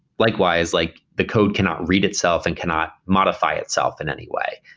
likewise, like the code cannot read itself and cannot modify itself in any way.